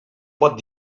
pot